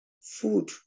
food